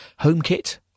HomeKit